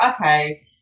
Okay